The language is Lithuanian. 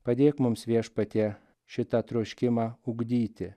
padėk mums viešpatie šitą troškimą ugdyti